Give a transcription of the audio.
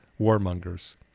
warmongers